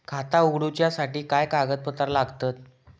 खाता उगडूच्यासाठी काय कागदपत्रा लागतत?